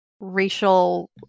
racial